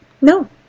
No